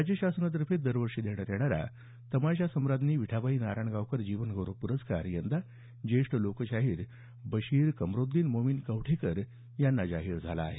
राज्य शासनातर्फे दरवर्षी देण्यात येणारा तमाशा सम्राज्ञी विठाबाई नारायणगावकर जीवन गौरव पुरस्कार यंदा ज्येष्ठ लोकशाहीर बशीर कमरोद्दीन मोमीन कवठेकर यांना जाहीर झाला आहे